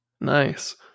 Nice